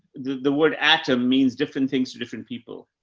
the, the word atom means different things to different people.